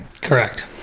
Correct